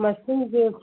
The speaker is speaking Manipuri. ꯃꯁꯤꯡꯗꯣ